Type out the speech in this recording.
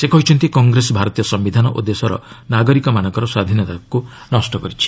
ସେ କହିଛନ୍ତି କଂଗ୍ରେସ ଭାରତୀୟ ସମ୍ଭିଧାନ ଓ ଦେଶର ନାଗରିକଙ୍କ ସ୍ୱାଧୀନତାକୁ ନଷ୍ଟ କରିଛି